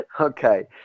Okay